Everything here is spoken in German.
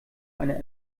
eine